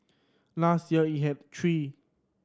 last year it had three